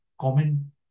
common